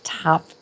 top